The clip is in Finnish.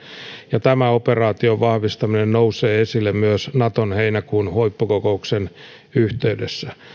ja tämä operaation vahvistaminen nousee esille myös naton heinäkuun huippukokouksen yhteydessä